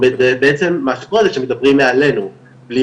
או בעצם מה שקורה זה שמדברים מעלינו בלי